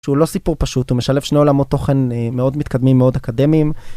שהוא לא סיפור פשוט הוא משלב שני עולמות תוכן מאוד מתקדמים מאוד אקדמיים.